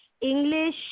English